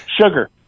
Sugar